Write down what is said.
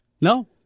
No